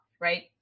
right